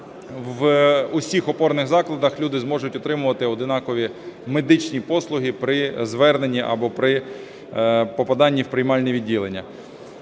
в усіх опорних закладах люди зможуть отримувати однакові медичні послуги при зверненні або при попаданні у приймальні відділення.